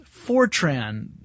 Fortran